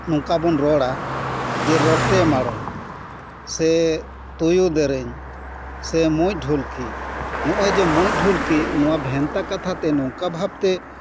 ᱚᱱᱠᱟ ᱵᱚ ᱨᱚᱲᱟ ᱡᱮ ᱨᱚᱴᱮ ᱢᱟᱬᱚᱢ ᱥᱮ ᱛᱩᱭᱩ ᱫᱮᱨᱮᱧ ᱥᱮ ᱢᱩᱸᱡ ᱰᱷᱩᱞᱠᱤ ᱱᱚᱜᱚᱭ ᱡᱮ ᱢᱩᱸᱡ ᱰᱷᱩᱞᱠᱤ ᱱᱚᱣᱟ ᱵᱷᱮᱱᱛᱟ ᱠᱟᱛᱷᱟ ᱛᱮ ᱱᱚᱝᱠᱟ ᱵᱷᱟᱵᱽ ᱛᱮ